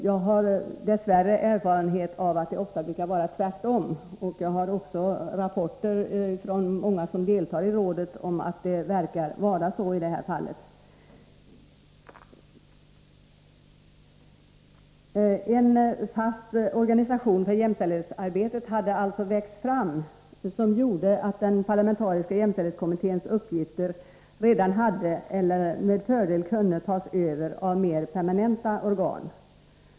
Jag har dess värre erfarenhet av att det ofta brukar vara tvärtom. Jag har också fått rapporter från många som deltar i jämställdhetsrådets arbete om att det verkar vara så i detta fall. En fast organisation för jämställdhetsarbetet hade alltså växt fram som gjorde att den parlamentariska jämställdhetskommitténs uppgifter redan hade tagits över eller med fördel kunde tas över av mer permanenta organ.